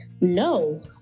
No